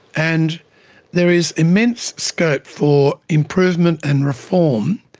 and there is immense scope for improvement and reform,